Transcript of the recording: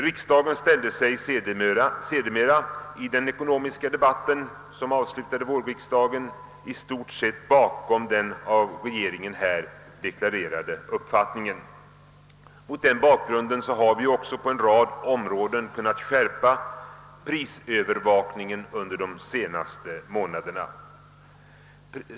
Riksdagen ställde sig sedermera i den ekonomiska debatt som avslutade vårsessionen i stort sett bakom den av regeringen deklarerade uppfattningen. Mot denna bakgrund har vi också på en rad områden kunnat skärpa prisövervakningen under de senaste månaderna.